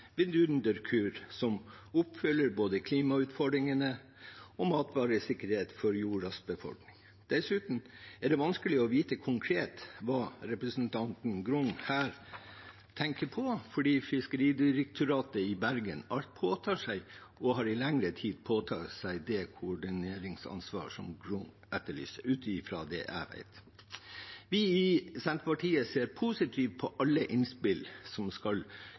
vidunderkur som oppfyller både klimautfordringene og matvaresikkerheten for jordas befolkning. Dessuten er det vanskelig å vite konkret hva representanten Grung her tenker på, fordi Fiskeridirektoratet i Bergen allerede påtar seg – og i lengre tid har påtatt seg – det koordineringsansvaret som representanten Grung etterlyser, ut fra det jeg vet. Vi i Senterpartiet ser positivt på alle innspill som skal